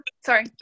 sorry